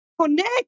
connect